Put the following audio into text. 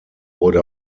wurde